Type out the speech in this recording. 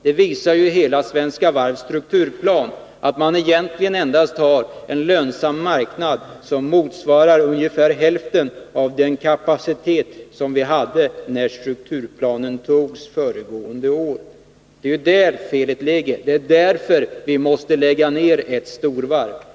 Svenska Varvs hela strukturplan visar ju att man egentligen endast har en lönsam marknad som motsvarar ungefär hälften av den kapacitet man hade när strukturplanen togs föregående år. Det är där felet ligger, och det är därför vi måste lägga ner ett storvarv.